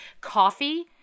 Coffee